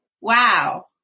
Wow